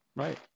right